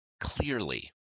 clearly